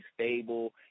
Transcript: stable